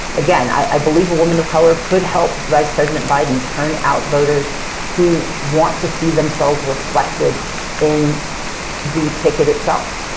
again, i believe a woman of color could help vice president biden turn out voters who want to see themselves reflected in the ticket itself.